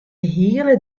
hiele